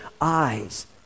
eyes